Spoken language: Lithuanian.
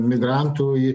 migrantų į